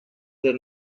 there